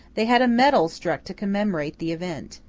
they had a medal struck to commemorate the event.